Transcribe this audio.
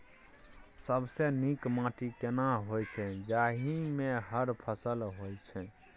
सबसे नीक माटी केना होय छै, जाहि मे हर फसल होय छै?